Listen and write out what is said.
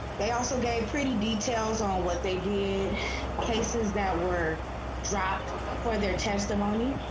they also gave pretty details on what they did cases that were dropped for their testimony.